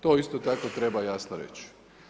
To isto tako treba jasno reći.